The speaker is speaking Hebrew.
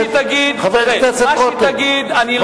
מה שתגיד, אני לא מוכן.